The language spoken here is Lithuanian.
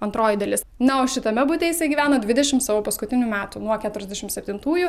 antroji dalis na o šitame bute jisai gyveno dvidešim savo paskutinių metų nuo keturiasdešim septintųjų